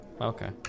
Okay